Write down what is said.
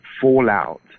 fallout